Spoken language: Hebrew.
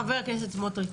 חבר הכנסת סמוטריץ'